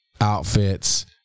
outfits